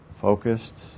focused